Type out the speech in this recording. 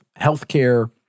healthcare